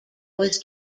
was